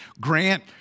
Grant